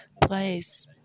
place